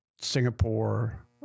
Singapore